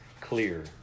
clear